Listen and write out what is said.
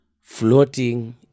floating